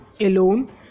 alone